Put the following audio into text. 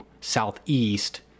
southeast